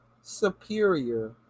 superior